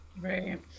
Right